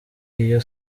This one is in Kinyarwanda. iyo